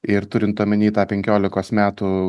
ir turint omeny tą penkiolikos metų